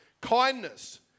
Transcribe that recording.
kindness